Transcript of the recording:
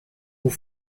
vous